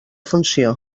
funció